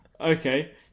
Okay